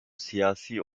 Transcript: siyasi